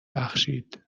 بخشید